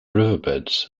riverbeds